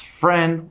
friend